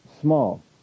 small